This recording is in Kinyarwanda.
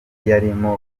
yarimo